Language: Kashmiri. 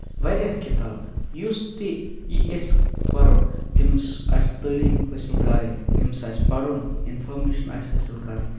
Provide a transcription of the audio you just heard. واریاہ کِتاب یُس تہِ یہِ یَس پَرُن تٔمِس آسہِ تٲلیٖم حٲصِل کَرٕنۍ تٔمِس آسہِ پَرُن اِنفارمیشَن آسہِ حٲصِل کَرٕنۍ